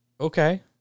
Okay